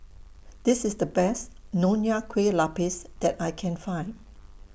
This IS The Best Nonya Kueh Lapis that I Can Find